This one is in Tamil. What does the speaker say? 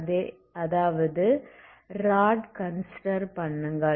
அதாவது ராட் கன்சிடர் பண்ணுங்கள்